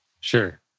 Sure